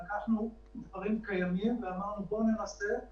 נכון שהנתונים כרגע קצת יותר טובים,